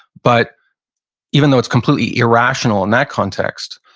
but even though it's completely irrational in that context,